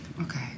Okay